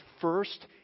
first